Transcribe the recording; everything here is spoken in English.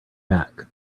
back